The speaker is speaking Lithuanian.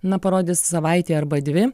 na parodys savaitė arba dvi